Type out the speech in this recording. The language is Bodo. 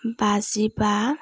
बाजिबा